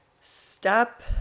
Step